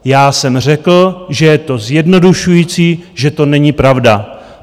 Já jsem řekl, že je to zjednodušující, že to není pravda.